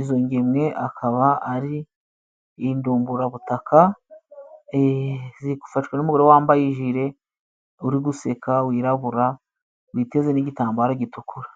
izo ngemwe akaba ari indumburabutaka. Ee! Zifashwe n'umugore wambaye ijile uri guseka wirabura witeze n'igitambaro gitukura.